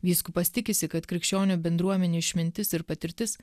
vyskupas tikisi kad krikščionių bendruomenių išmintis ir patirtis